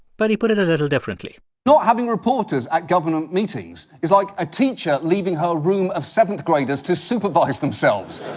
but he put it a little differently not having reporters at government meetings is like a teacher leaving her room of seventh-graders to supervise themselves.